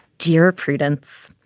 dear prudence,